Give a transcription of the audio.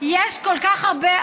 יש כל כך הרבה,